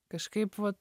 kažkaip vat